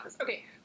Okay